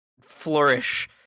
flourish